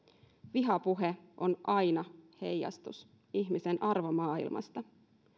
vihapuhe on aina heijastus ihmisen arvomaailmasta